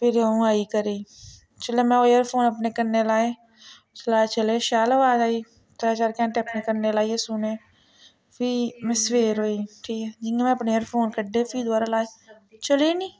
फेर आ'ऊं आई घरै गी चलो में ओह् एयरफोन अपने कन्नै लाए शैल चलाए चले शैल अवाज आई त्रै चाार घैंटे अपने कन्नै लाइयै सुने फ्ही में सवेर होई ठीक ऐ जियां में अपने एयरफोन कड्ढे फ्ही दबारा लाए चले ई नी